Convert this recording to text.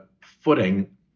footing